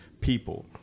people